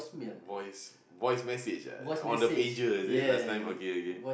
voice voice message ah on the pager is it last time okay okay